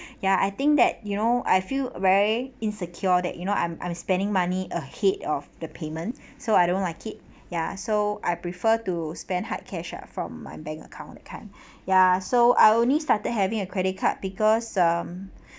ya I think that you know I feel very insecure that you know I'm I'm spending money ahead of the payment so I don't like it ya so I prefer to spend hard cash ah from my bank account that kind ya so I only started having a credit card because um